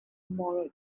moral